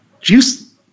Juice